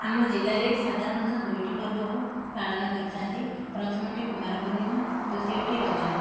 ଆମ ଜିଲ୍ଲାରେ ସାଧାରଣତଃ ଦୁଇଟି ପର୍ବକୁ ପାଳନ କରିଥାନ୍ତି ପ୍ରଥମଟି କୁମାର ପୂର୍ଣ୍ଣିମା ଦ୍ଵିତୀୟଟି ରଜ